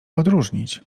odróżnić